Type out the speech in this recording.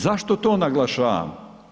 Zašto to naglašavam?